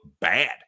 bad